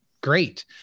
great